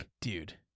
dude